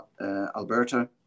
Alberta